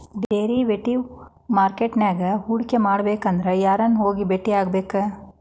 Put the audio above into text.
Derivative market ನ್ಯಾಗ್ ಹೂಡ್ಕಿಮಾಡ್ಬೆಕಂದ್ರ ಯಾರನ್ನ ಹೊಗಿ ಬೆಟ್ಟಿಯಾಗ್ಬೇಕ್?